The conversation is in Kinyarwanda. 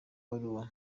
baruwa